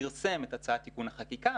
פרסם את הצעת תיקון החקיקה,